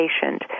patient